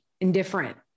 indifferent